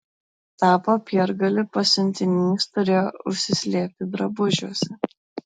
tą popiergalį pasiuntinys turėjo užsislėpti drabužiuose